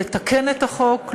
לתקן את החוק,